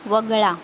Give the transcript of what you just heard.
वगळा